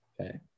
Okay